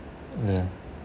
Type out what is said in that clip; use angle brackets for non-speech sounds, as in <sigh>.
<noise>